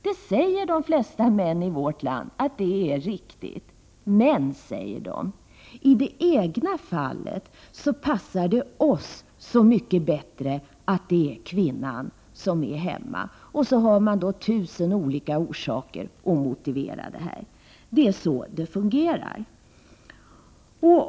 De flesta män i vårt land säger att det är riktigt att göra så. Men männen säger också: I vårt fall är det mycket bättre att det är kvinnan som är hemma. Detta motiverar männen med tusen olika saker. Så är det faktiskt.